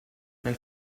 nel